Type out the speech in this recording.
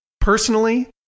Personally